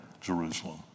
jerusalem